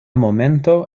momento